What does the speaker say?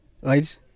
right